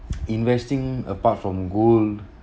investing apart from gold